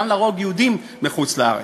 גם להרוג יהודים בחוץ-לארץ.